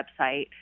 website